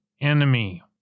enemy